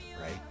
right